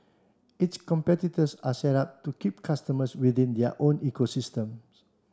its competitors are set up to keep customers within their own ecosystems